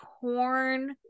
corn